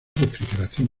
refrigeración